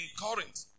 Corinth